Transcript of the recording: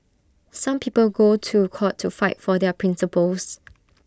some people go to court to fight for their principles